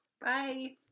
Bye